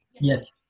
Yes